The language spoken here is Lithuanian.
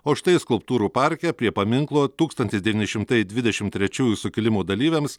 o štai skulptūrų parke prie paminklo tūkstantis devyni šimtai dvidešim trečiųjų sukilimo dalyviams